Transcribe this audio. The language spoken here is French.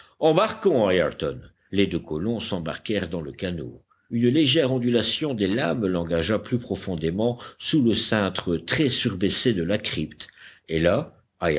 embarquons ayrton les deux colons s'embarquèrent dans le canot une légère ondulation des lames l'engagea plus profondément sous le cintre très surbaissé de la crypte et là